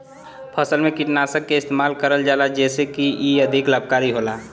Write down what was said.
फसल में कीटनाशक के इस्तेमाल करल जाला जेसे की इ अधिक लाभकारी होला